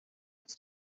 stuff